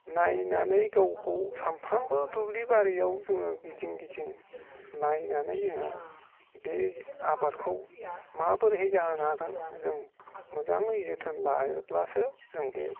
नायनानै गावखौ सानफ्रोमबो दुब्लि बारियाव जोङो गिदिं गिदिं नायनानै जोंहा बे आबादखौ माबोरैहाय जाहोनो हागोन जों मोजाङै जोथोन लायोब्लासो जों बे